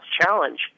Challenge